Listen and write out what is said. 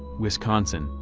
wisconsin,